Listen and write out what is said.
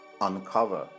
uncover